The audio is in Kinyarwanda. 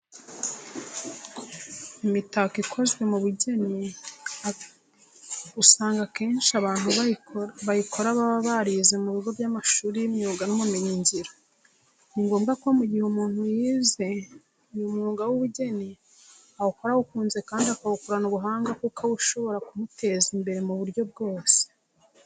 Imitako ikozwe mu bugeni usanga akenshi abantu bayikora baba barize mu bigo by'amashuri y'imyuga n'ubumenyingiro. Ni ngombwa ko mu gihe umuntu yize uyu mwuga w'ubugeni, awukora awukunze kandi akawukorana ubuhanga kuko uba ushobora kumuteza imbere mu buryo bwose.